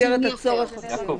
הכוונה במסגרת הצורך החיוני.